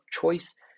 choice